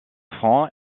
francs